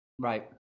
Right